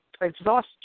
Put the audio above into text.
exhaust